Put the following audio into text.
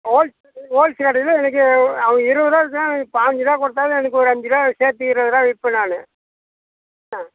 holes கடையில் ஹோல்ஸ் கடையில் எனக்கு அவன் இருபது ரூபா விற்கிறான் பாஞ்சு ரூபா கொடுத்தா தான் எனக்கு ஒரு அஞ்சு ரூபா சேர்த்து இருபது ரூபா விற்பேன் நான் ஆ